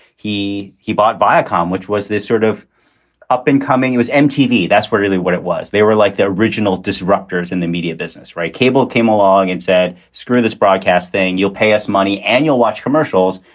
he he bought viacom, which was this sort of up and coming. he was mtv. that's where really what it was. they were like the original disruptors in the media business. right. cable came along and said, screw this broadcast thing. you'll pay us money and you'll watch commercials.